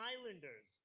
Islanders